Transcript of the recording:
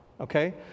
okay